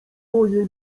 moje